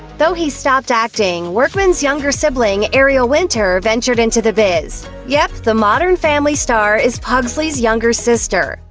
though he stopped acting, workman's younger sibling, ariel winter, ventured into the biz. yep, the modern family star is pugsley's younger sister.